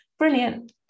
Brilliant